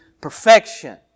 perfection